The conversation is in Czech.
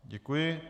Děkuji.